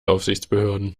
aufsichtsbehörden